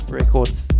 records